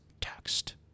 text